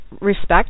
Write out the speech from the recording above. respect